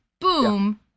boom